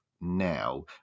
now